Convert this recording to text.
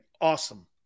awesome